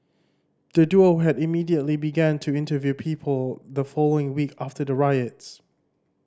the duo had immediately began to interview people the following week after the riots